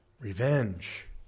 revenge